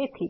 તેથી